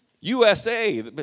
USA